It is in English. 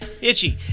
Itchy